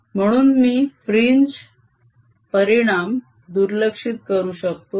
म्हणून मी फ्रिंज परिणाम दुर्लक्षित करू शकतो